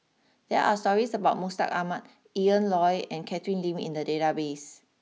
there are stories about Mustaq Ahmad Ian Loy and Catherine Lim in the database